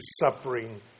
suffering